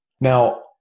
Now